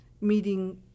meeting